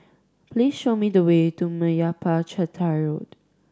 please show me the way to Meyappa Chettiar Road